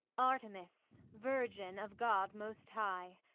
artemis, virgin of god most high.